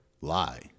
lie